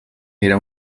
era